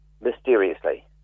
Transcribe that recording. mysteriously